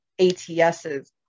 ATSs